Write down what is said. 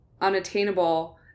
unattainable